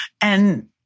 and-